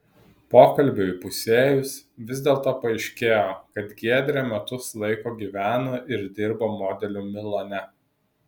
pokalbiui įpusėjus vis dėlto paaiškėjo kad giedrė metus laiko gyveno ir dirbo modeliu milane